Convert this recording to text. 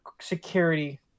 security